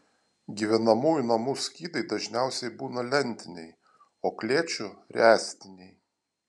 gyvenamųjų namų skydai dažniausiai būna lentiniai o klėčių ręstiniai